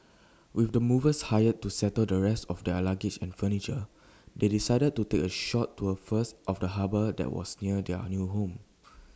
with the movers hired to settle the rest of their luggage and furniture they decided to take A short tour first of the harbour that was near their new home